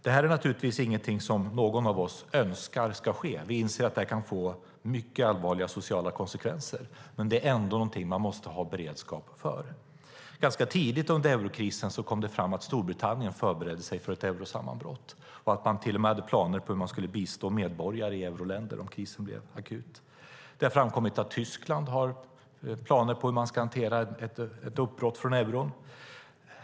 Detta är naturligtvis ingenting någon av oss önskar ska ske. Vi inser att det kan få mycket allvarliga sociala konsekvenser, men det är ändå någonting man måste ha beredskap för. Ganska tidigt under eurokrisen kom det fram att Storbritannien förberedde sig för ett eurosammanbrott och att de till och med hade planer på hur man skulle bistå medborgare i euroländer om krisen blev akut. Det har framkommit att Tyskland har planer på hur de ska hantera ett uppbrott från euron.